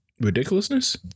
Ridiculousness